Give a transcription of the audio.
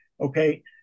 Okay